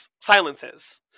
silences